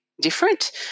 different